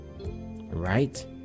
right